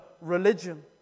religion